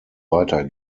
weiter